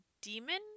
demon